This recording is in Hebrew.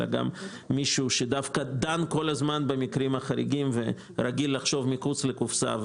אלא גם מישהו שדן במקרים החריגים ורגיל לחשוב מחוץ לקופסה,